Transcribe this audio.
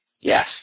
Yes